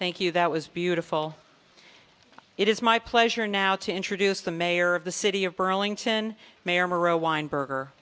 thank you that was beautiful it is my pleasure now to introduce the mayor of the city of burlington mayor moreau weinberger